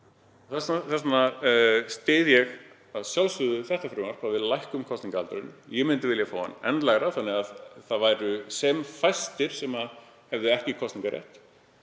Þess vegna styð ég að sjálfsögðu þetta frumvarp, að við lækkum kosningaaldurinn. Ég myndi vilja hafa hann enn lægri þannig að það væru sem fæstir sem hefðu ekki kosningarétt